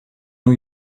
new